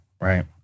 right